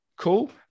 Cool